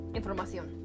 información